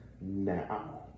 now